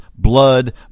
blood